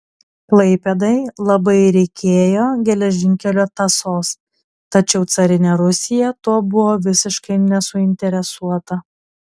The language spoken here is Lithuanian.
klaipėdai labai reikėjo geležinkelio tąsos tačiau carinė rusija tuo buvo visiškai nesuinteresuota